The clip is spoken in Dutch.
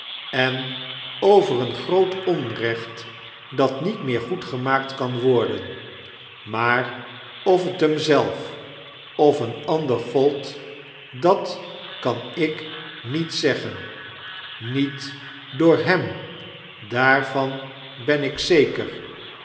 en over een groot onrecht dat niet meer goedgemaakt kan worden moor of x hem zelf of een ander gold dat kan ik niet zeggen niet door hem daarvan ben ik zeker